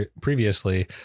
previously